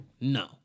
no